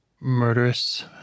murderous